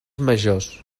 majors